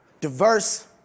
diverse